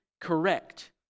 correct